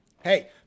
Hey